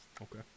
Okay